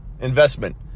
investment